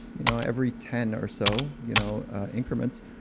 you know, every ten or so you know increments,